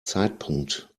zeitpunkt